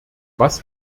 was